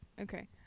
Okay